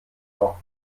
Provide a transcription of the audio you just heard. noch